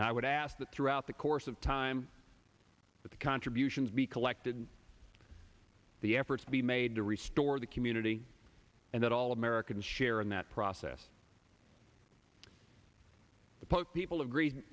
and i would ask that throughout the course of time that the contributions be collected and the efforts be made to restore the community and that all americans share in that process the pope people agree